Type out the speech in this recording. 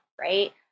right